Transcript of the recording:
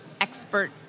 expert